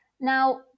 Now